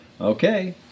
okay